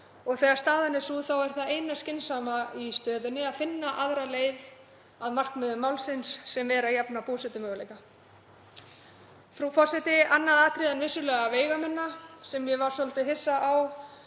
er. Þegar staðan er sú er það eina skynsamlega í stöðunni að finna aðra leið að markmiðum málsins sem er að jafna búsetumöguleika. Frú forseti. Annað atriði en vissulega veigaminna sem ég var svolítið hissa á